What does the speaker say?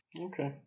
okay